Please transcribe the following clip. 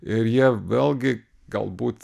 ir jie vėlgi galbūt